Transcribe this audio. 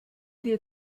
dir